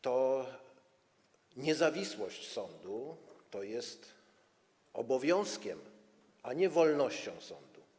To niezawisłość sądu jest obowiązkiem, a nie wolnością sądu.